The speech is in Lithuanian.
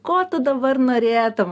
ko dabar norėtum